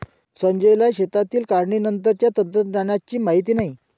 संजयला शेतातील काढणीनंतरच्या तंत्रज्ञानाची माहिती नाही